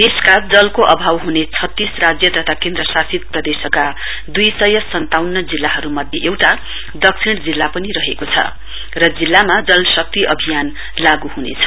देशका जलको अभाव हुने छत्तीस राज्य तथा केन्द्रशासित प्रदेशहरुका दुइ सय सन्तान्उन जिल्लाहरुमध्ये एउटा दक्षिण जिल्ला रहेको छ र जिल्लामा जल शक्ति अभियान लागू हुनेछ